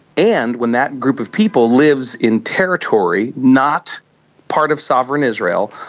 and when that group of people lives in territory, not part of sovereign israel,